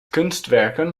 kunstwerken